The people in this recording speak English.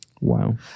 Wow